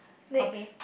okay